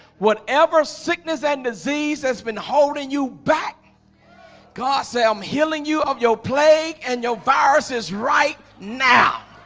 whatever sickness and disease has been holding you back god said i'm healing you of your plague and your virus is right now,